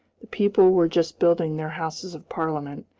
the people were just building their houses of parliament,